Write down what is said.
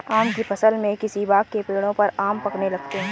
आम की फ़सल में किसी बाग़ के पेड़ों पर आम पकने लगते हैं